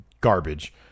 garbage